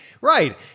Right